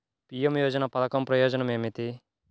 PM యోజన పధకం ప్రయోజనం ఏమితి?